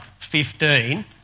15